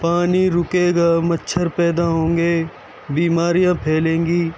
پانی رُکے گا مچّھر پیدا ہوں گے بیماریاں پھیلیں گی